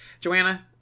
joanna